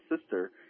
sister